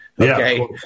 okay